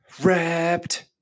wrapped